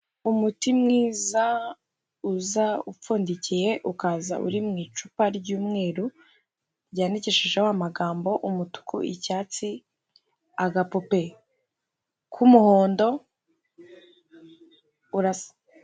Umuti mwiza uza upfundikiye ukaza uri mu icupa ry'umweru ryandikishijeho amagambo umutuku, icyatsi agapupe k'umuhondo urasa.